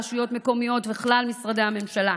רשויות מקומיות וכלל משרדי הממשלה,